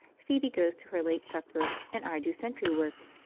phoebe goes to her late supper and i do sentry-work.